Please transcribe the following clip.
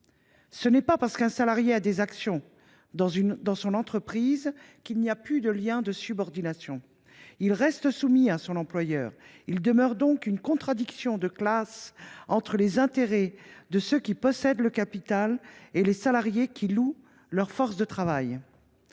Ce n’est pas parce qu’un salarié détient des actions dans son entreprise qu’il n’y a plus de lien de subordination : il reste soumis à son employeur. Il demeure donc une contradiction de classe entre les intérêts de ceux qui possèdent le capital et les intérêts des salariés, qui louent leur force de travail.